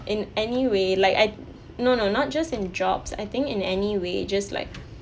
in any way like I no no not just in jobs I think in any way just like